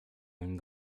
rin